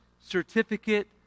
certificate